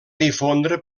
difondre